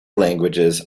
languages